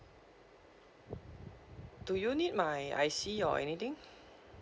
do you need my I_C or anything